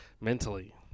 Mentally